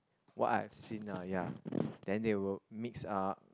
what I've seen ah ya then they will mix uh